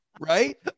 Right